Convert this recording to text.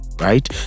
right